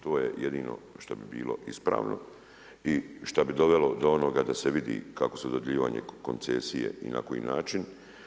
To je jedino što bi bilo ispravno i šta bi dovelo do onoga da se vidi kako se dodjeljivanje koncesije i na koji način.